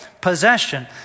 possession